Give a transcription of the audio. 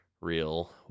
real